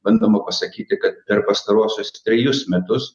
bandoma pasakyti kad per pastaruosius trejus metus